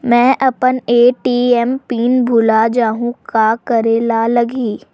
मैं अपन ATM PIN भुला जहु का करे ला लगही?